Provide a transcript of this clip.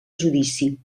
judici